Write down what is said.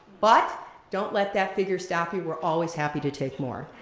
but don't let that figure stop you. we're always happy to take more.